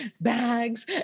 bags